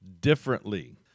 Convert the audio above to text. differently